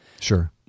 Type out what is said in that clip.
Sure